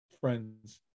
friends